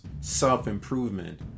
self-improvement